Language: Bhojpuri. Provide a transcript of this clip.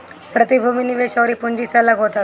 प्रतिभूति निवेश अउरी पूँजी से अलग होत हवे